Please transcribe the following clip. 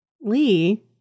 Lee